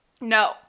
no